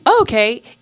okay